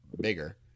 bigger